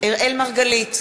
אראל מרגלית,